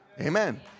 Amen